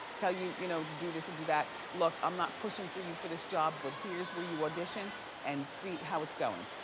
tell you you know to do this and do that. i'm not pushing for you for this job, but here's where you audition and see how it's going.